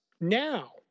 now